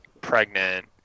pregnant